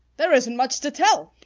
there isn't much to tell,